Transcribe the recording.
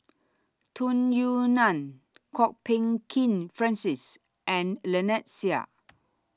Tung Yue Nang Kwok Peng Kin Francis and Lynnette Seah